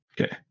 okay